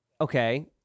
okay